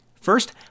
First